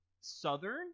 southern